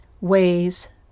ways